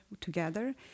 together